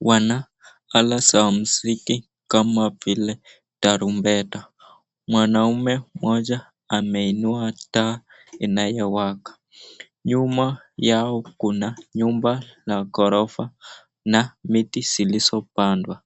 wana ala za mziki kama vile tarumbeta. Mwanaume mmoja ameinua taa inayowaka. Nyuma yao kuna nyumba ya ghorofa na miti zilizopandwa.